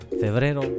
febrero